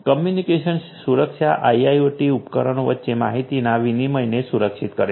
communication સુરક્ષા IIoT ઉપકરણો વચ્ચે માહિતીના વિનિમયને સુરક્ષિત કરે છે